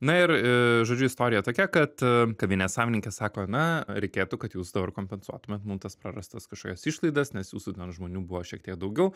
na ir žodžiu istorija tokia kad kavinės savininkė sako na reikėtų kad jūs dabar kompensuotumėt mum tas prarastas kažkokias išlaidas nes jūsų ten žmonių buvo šiek tiek daugiau